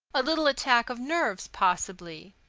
a little attack of nerves, possibly.